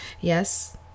Yes